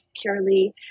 purely